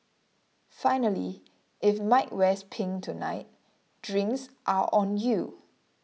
finally if Mike wears pink tonight drinks are on you